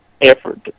effort